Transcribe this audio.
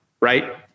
Right